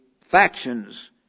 factions